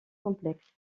complexe